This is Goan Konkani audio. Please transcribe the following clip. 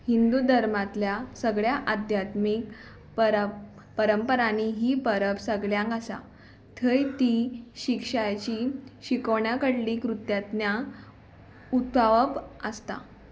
हिंदू धर्मांतल्या सगळ्या आध्यात्मीक परंपरांनी ही परब सगळ्यांक आसा थंय ती शिक्षाची शिकोवण्या कडली कृत्यात्न उत्वप आसता